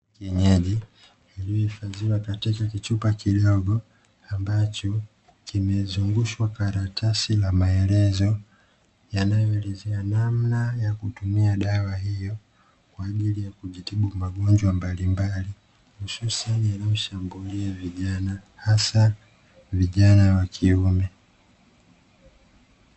Dawa ya kienyeji iliyohifadhiwa katika kichupa kidogo ambacho kimezungushwa karatasi la maelezo, yanayo elezea namna ya kutumia dawa hiyo kwa ajili ya kujitibu magonjwa mbalimbali, hususani yanayoshambulia vijana hasa vijana wa kiume.